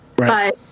Right